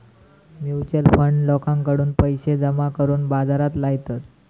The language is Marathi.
म्युच्युअल फंड लोकांकडून पैशे जमा करून बाजारात लायतत